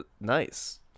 nice